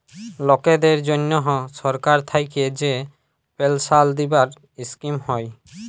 লকদের জনহ সরকার থাক্যে যে পেলসাল দিবার স্কিম হ্যয়